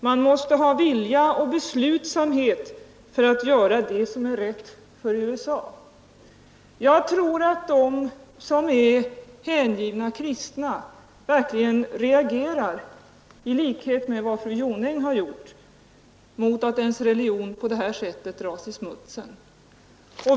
Man måste ha vilja och beslutsamhet för att göra det som är rätt för USA.” Jag tror att de som är hängivna kristna verkligen reagerar, i likhet med fru Jonäng, mot att deras religion på det sättet dras i smutsen.